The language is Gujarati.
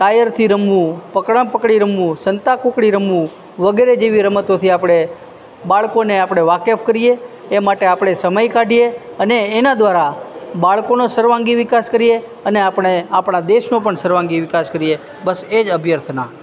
ટાયરથી રમવું પકડામ પકડી રમવું સંતાકૂકડી રમવું વગેરે જેવી રમતોથી આપણે બાળકોને આપણે વાકેફ કરીએ એ માટે આપણે સમય કાઢીએ અને એના દ્વારા બાળકોનો સર્વાંગી વિકાસ કરીએ અને આપણે આપણા દેશનો પણ સર્વાંગી વિકાસ કરીએ બસ એ જ અભ્યર્થના